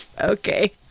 Okay